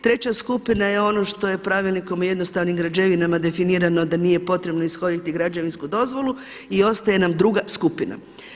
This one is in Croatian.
Treća skupina je ono što je Pravilnikom o jednostavnim građevinama definirano da nije potrebno ishoditi građevinsku dozvolu i ostaje nam druga skupina.